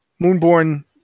Moonborn